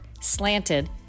Slanted